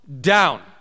down